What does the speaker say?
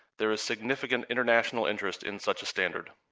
there is significant international interest in such a standard.